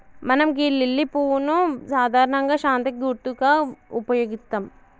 మనం గీ లిల్లీ పువ్వును సాధారణంగా శాంతికి గుర్తుగా ఉపయోగిత్తం